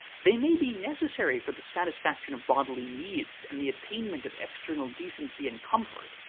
they may be necessary for the satisfaction of bodily needs and the attainment of external decency and comfort,